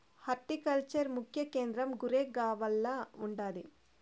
horticulture ముఖ్య కేంద్రం గురేగావ్ల ఉండాది